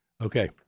Okay